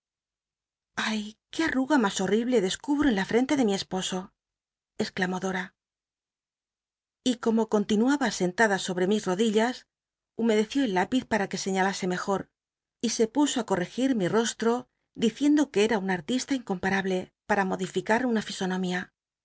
ay qué arruga mas honible descubro en la frente de mi esposo exclamó dora y como continunba sentada sobre jllis rodillas humedeció el lripix para que se mejor y se puso á concgir mi j ostl'o cliciendo que era un artista incompamblc para modificar una fisonomía